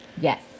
Yes